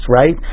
right